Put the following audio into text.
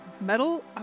metal